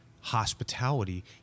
hospitality